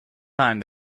time